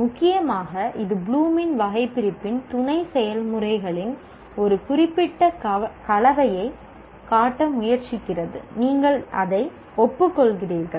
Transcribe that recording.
முக்கியமாக இது ப்ளூமின் வகைபிரிப்பின் துணை செயல்முறைகளின் ஒரு குறிப்பிட்ட கலவையை காட்ட முயற்சிக்கிறது நீங்கள் அதை ஒப்புக்கொள்கிறீர்கள்